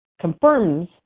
confirms